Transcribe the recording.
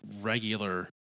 regular